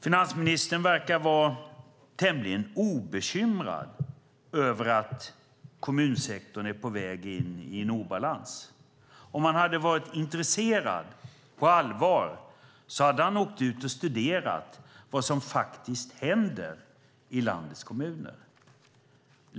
Finansministern verkar vara tämligen obekymrad över att kommunsektorn är på väg in i en obalans. Om han hade varit intresserad på allvar hade han åkt ut och studerat vad som faktiskt händer i landets kommuner.